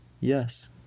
yes